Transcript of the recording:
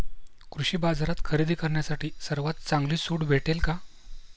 कृषी बाजारात खरेदी करण्यासाठी सर्वात चांगली सूट भेटेल का?